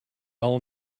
all